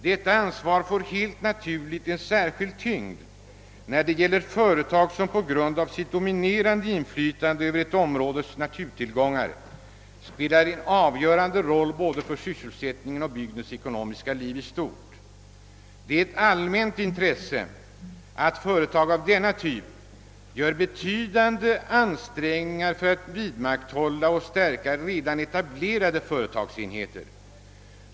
Detta ansvar får helt naturligt en särskild tyngd, när det gäller företag, som på grund av sitt dominerande inflytande över ett områdes naturtillgångar spelar en avgörande roll både för sysselsättningen och för bygdens ekonomiska liv i stort. Det är ett allmänt intresse att företag av denna typ gör betydande ansträngningar för att vidmakthålla och stärka redan etablerade företagsenheter.